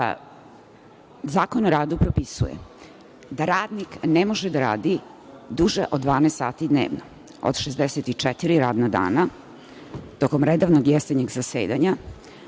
Zakon o radu propisuje da radnik ne može da radi duže od 12 sati dnevno. Od 64 radna dana tokom redovnog jesenjeg zasedanja,